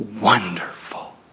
Wonderful